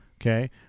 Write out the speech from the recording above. okay